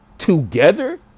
together